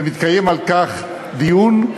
ומתקיים על כך דיון.